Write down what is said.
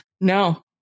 no